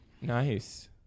Nice